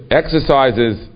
exercises